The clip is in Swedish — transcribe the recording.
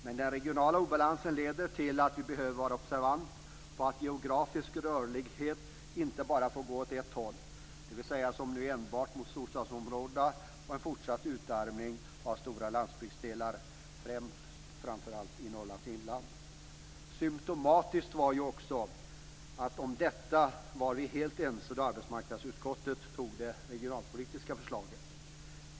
Men den regionala obalansen leder till att vi behöver vara observanta på att geografisk rörlighet inte bara får gå åt ett håll, dvs. som nu enbart mot storstadsområdena med en fortsatt utarmning av stora landsbygdsdelar, främst i Norrlands inland. Symtomatiskt var att detta var vi helt ense om när arbetsmarknadsutskottet antog det regionalpolitiska förslaget.